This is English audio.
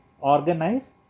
organize